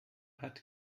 hat